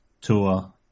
tour